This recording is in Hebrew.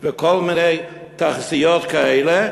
וכל מיני תחזיות כאלה,